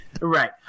right